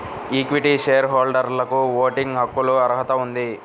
equity share హోల్డర్లకుఓటింగ్ హక్కులకుఅర్హత ఉంది